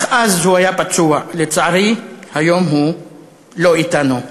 אך אז הוא היה פצוע, לצערי, היום הוא לא אתנו.